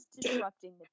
disrupting